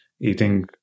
eating